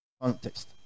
Context